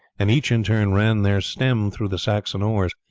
and each in turn ran their stem through the saxon oars,